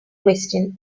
question